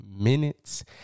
minutes